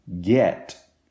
get